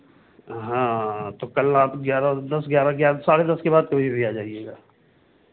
हाँ तो कल आप ग्यारह दस ग्यारह साढ़े दस के बाद कभी भी आ जाइएगा